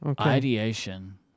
Ideation